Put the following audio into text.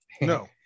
no